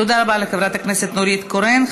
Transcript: תודה רבה לחברת הכנסת נורית קורן.